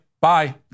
bye